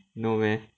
no meh